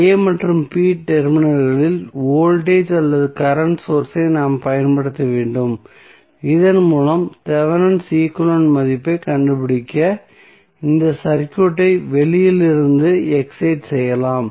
a மற்றும் b டெர்மினல்களில் voltage அல்லது கரண்ட் சோர்ஸ் ஐ நாம் பயன்படுத்த வேண்டும் இதன் மூலம் தெவெனின் ஈக்வலன்ட் மதிப்பைக் கண்டுபிடிக்க இந்த சர்க்யூட்டை வெளியில் இருந்து எக்ஸைட் செய்யலாம்